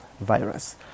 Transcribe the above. virus